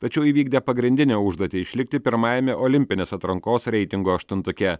tačiau įvykdė pagrindinę užduotį išlikti pirmajame olimpinės atrankos reitingo aštuntuke